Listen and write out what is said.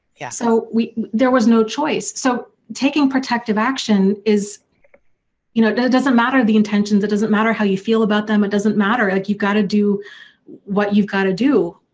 yeah, so we. there was no choice. so taking protective action is you know, doesn't matter the intentions, that doesn't matter how you feel about them, it doesn't matter, like you've got to do what you've got to do